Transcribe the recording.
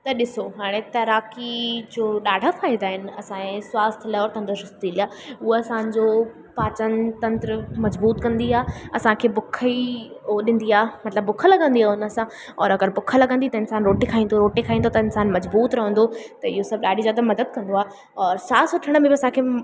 त ॾिसो हाणे तैराकी जो ॾाढा फ़ाइदा आहिनि असांजे स्वास्थ्य लाइ और तंदुरस्ती लाइ उहा असांजो पाचन तंत्र मजबूतु कंदी आहे असांखे बुख ई हुओ ॾींदी आहे मतिलबु बुखु लॻंदी आहे उन सां और अगरि बुखु लॻंदी त इंसान रोटी खाईंदो रोटी खाईंदो त इंसान मजबूतु रहंदो त इहो सभु ॾाढी ज़्यादाह मदद कंदो आहे और सांस वठण में बि असांखे